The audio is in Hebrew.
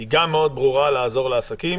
גם מאוד ברורה, לעזור לעסקים.